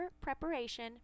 preparation